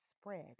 spread